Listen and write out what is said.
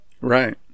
Right